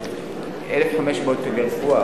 1,500 לרפואה,